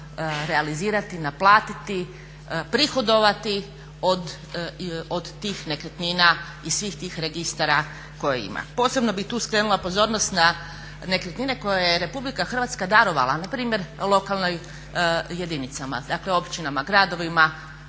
realizirati, naplatiti, prihodovati od tih nekretnina i svih tih registara koje ima. Posebno bih tu skrenula pozornost na nekretnine koje je Republika Hrvatska darovala npr. lokalnim jedinicama, dakle općinama, gradovima.